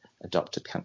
adopted